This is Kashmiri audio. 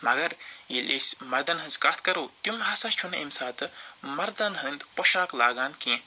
مگر ییٚلہِ أسۍ مردن ہنٛز کَتھ کَرو تِم ہَسا چھِنہٕ اَمہِ ساتہٕ مردن ہنٛدۍ پۄشاک لاگان کیٚنٛہہ